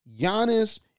Giannis